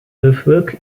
earthwork